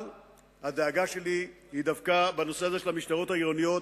אבל הדאגה שלי היא דווקא בנושא הזה של המשטרות העירוניות,